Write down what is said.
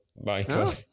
Michael